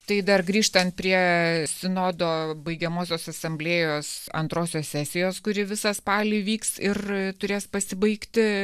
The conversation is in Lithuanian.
tai dar grįžtant prie sinodo baigiamosios asamblėjos antrosios sesijos kuri visą spalį vyks ir turės pasibaigti